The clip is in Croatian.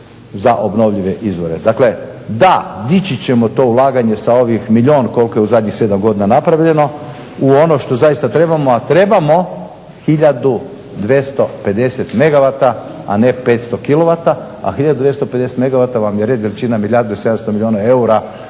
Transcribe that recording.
za obnovljive izvore. Dakle da, dići ćemo to ulaganje sa ovih milijun koliko je u zadnjih 7 godina napravljeno u ono što zaista trebamo, a trebamo 1250 megavata, a ne 500 kilovata, a 1250 megavata vam je